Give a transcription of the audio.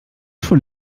schon